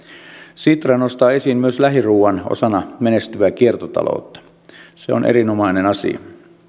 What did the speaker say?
sitra nostaa esiin myös lähiruoan osana menestyvää kiertotaloutta se on erinomainen asia